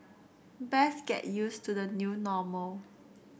best get used to the new normal